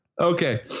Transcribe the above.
Okay